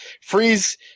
Freeze